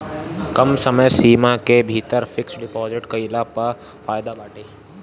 कम समय सीमा के भीतर फिक्स डिपाजिट कईला पअ फायदा बाटे